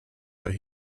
but